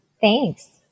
Thanks